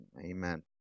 amen